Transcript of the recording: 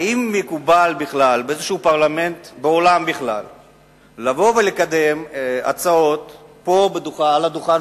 האם מקובל בכלל בפרלמנט בעולם לקדם הצעות מעל דוכן